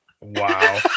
wow